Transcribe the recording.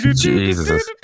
Jesus